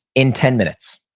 in ten minutes.